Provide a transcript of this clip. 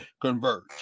converge